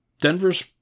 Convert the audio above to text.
Denver's